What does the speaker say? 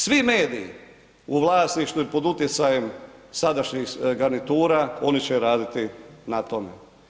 Svi mediji u vlasništvu ili pod utjecajem sadašnjih garnitura, oni će raditi na tome.